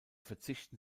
verzichten